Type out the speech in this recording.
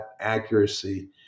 accuracy